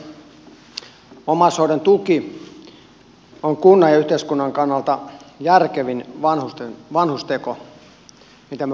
omaishoidon tuki on kunnan ja yhteiskunnan kannalta järkevin vanhusteko mitä me voimme tehdä